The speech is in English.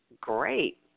Great